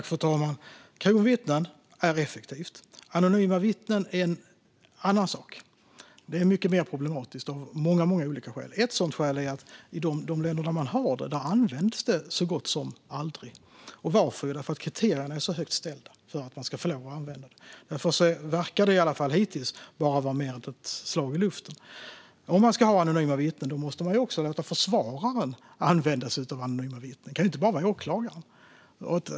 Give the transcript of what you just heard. Fru talman! Kronvittnen är effektivt. Anonyma vittnen är något annat och av många olika skäl mycket mer problematiskt. I de länder man har ett sådant system används det så gott som aldrig. Varför? Jo, för att kriterierna för att få lov att använda det är så högt ställda. Därför verkar det åtminstone hittills bara vara ett slag i luften. Om man ska ha ett system med anonyma vittnen måste också försvararen få använda sig av anonyma vittnen, inte bara åklagaren.